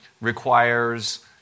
requires